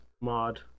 mod